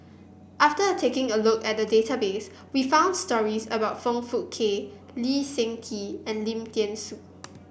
after taking a look at the database we found stories about Foong Fook Kay Lee Seng Tee and Lim Thean Soo